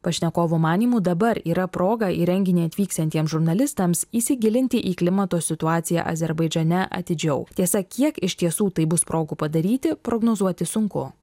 pašnekovo manymu dabar yra proga į renginį atvyksiantiems žurnalistams įsigilinti į klimato situaciją azerbaidžane atidžiau tiesa kiek iš tiesų tai bus progų padaryti prognozuoti sunku